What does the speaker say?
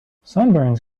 sunburns